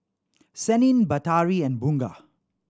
Senin Batari and Bunga